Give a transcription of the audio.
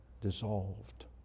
Dissolved